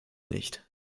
nicht